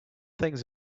things